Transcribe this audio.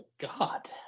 God